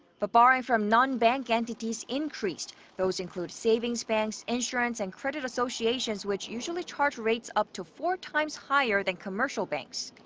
but borrowing from non-bank entities increased. those include savings banks, insurance and credit associations, which usually charge rates up to four times higher than commercial banks.